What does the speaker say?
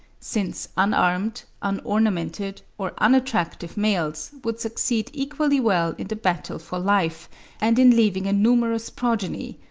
since unarmed, unornamented, or unattractive males would succeed equally well in the battle for life and in leaving a numerous progeny,